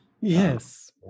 Yes